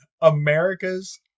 America's